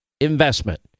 investment